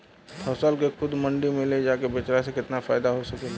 फसल के खुद मंडी में ले जाके बेचला से कितना फायदा हो सकेला?